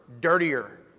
dirtier